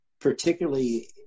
particularly